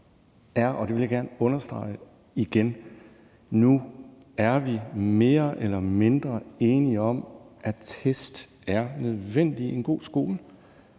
og det vil jeg gerne understrege igen, at nu er vi mere eller mindre enige om, at test er nødvendige i en god skole,